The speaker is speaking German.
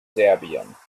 serbien